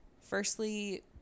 firstly